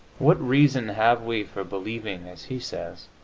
what reason have we for believing, as he says,